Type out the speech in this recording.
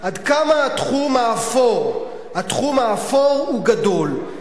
עד כמה התחום האפור הוא גדול,